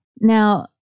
Now